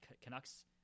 canucks